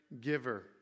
giver